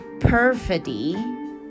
Perfidy